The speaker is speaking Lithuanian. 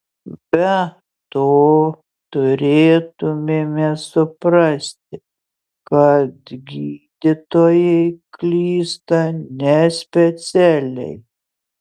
be to turėtumėme suprasti kad gydytojai klysta nespecialiai